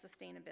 sustainability